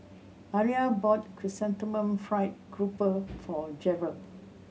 Aria bought Chrysanthemum Fried Grouper for Jerel